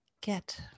get